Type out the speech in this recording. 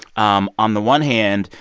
um on the one hand,